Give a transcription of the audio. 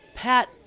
Pat